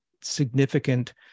significant